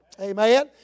Amen